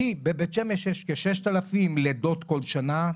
כי בבית שמש יש כ-6 אלף לידות כל שנה,